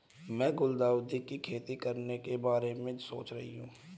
मैं गुलदाउदी की खेती करने के बारे में सोच रही हूं